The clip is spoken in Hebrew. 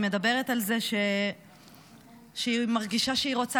היא מדברת על זה שהיא מרגישה שהיא רוצה